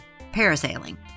parasailing